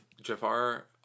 Jafar